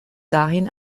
dahin